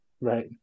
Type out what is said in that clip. right